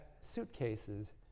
suitcases